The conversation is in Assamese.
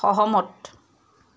সহমত